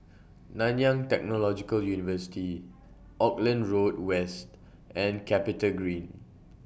Nanyang Technological University Auckland Road West and Capitagreen